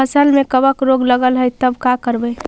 फसल में कबक रोग लगल है तब का करबै